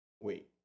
wait